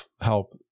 help